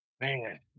man